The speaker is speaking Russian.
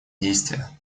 действия